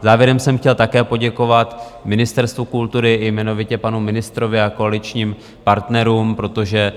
Závěrem jsem chtěl také poděkovat Ministerstvu kultury i jmenovitě panu ministrovi a koaličním partnerům, protože